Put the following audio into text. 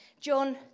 John